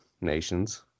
nations